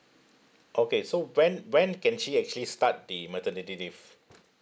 okay so when when can she actually start the maternity leave